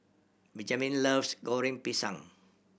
Benjamin loves Goreng Pisang